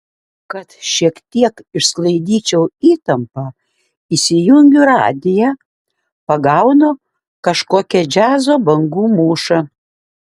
kad šiek tiek išsklaidyčiau įtampą įsijungiu radiją pagaunu kažkokią džiazo bangų mūšą